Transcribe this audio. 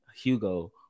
Hugo